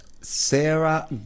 Sarah